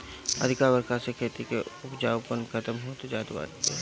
अधिका बरखा से खेती के उपजाऊपना खतम होत जात हवे